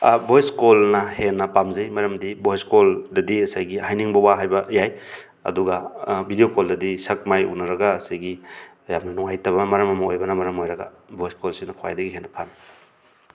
voice ꯀꯣꯜꯅ ꯍꯦꯟꯅ ꯄꯥꯝꯖꯩ ꯃꯔꯝꯗꯤ ꯚꯣꯏꯁ ꯀꯣꯜꯗꯗꯤ ꯉꯁꯥꯏꯒꯤ ꯍꯥꯏꯅꯤꯡꯕ ꯋꯥ ꯍꯥꯏꯕ ꯌꯥꯏ ꯑꯗꯨꯒ ꯕꯤꯗꯤꯑꯣ ꯀꯣꯜꯗꯗꯤ ꯁꯛ ꯃꯥꯏ ꯎꯅꯔꯒ ꯉꯁꯥꯏꯒꯤ ꯌꯥꯝꯅ ꯅꯨꯡꯉꯥꯏꯇꯕ ꯃꯔꯝ ꯑꯃ ꯑꯣꯏꯕꯅ ꯃꯔꯝ ꯑꯣꯏꯔꯒ ꯚꯣꯏꯁ ꯀꯣꯜꯁꯤꯅ ꯈ꯭ꯋꯥꯏꯗꯒꯤ ꯍꯦꯟꯅ ꯐꯔꯦ